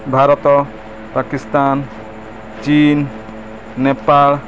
ଭାରତ ପାକିସ୍ତାନ ଚୀନ୍ ନେପାଳ